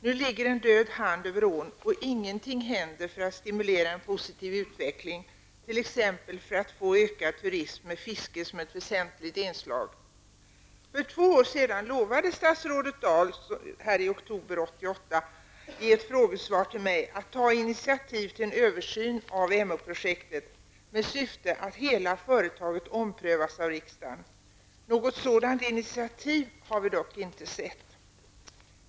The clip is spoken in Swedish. Nu ligger en död hand över ån, och ingenting händer för att stimulera en positiv utveckling, t.ex. för att få ökadturism med fiske som ett väsentligt inslag. För två år sedan, i oktober 1988, lovade statsrådet Dahl mig i ett frågesvar att ta initiativ till en översyn av Emånprojektet med syfte att hela företaget skulle omprövas av riksdagen. Något sådant initiativ har vi inte sett.